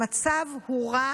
המצב הורע